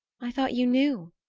i thought you knew,